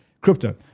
crypto